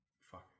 fuck